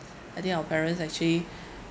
I think our parents actually